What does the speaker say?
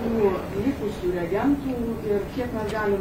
tų likusių reagentų ir kiek mes galim